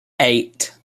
eight